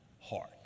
heart